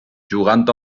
jugant